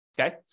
okay